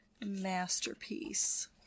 masterpiece